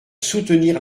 soutenir